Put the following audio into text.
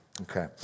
Okay